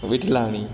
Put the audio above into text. Vithlani